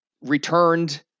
returned